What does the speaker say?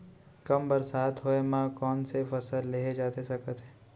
कम बरसात होए मा कौन से फसल लेहे जाथे सकत हे?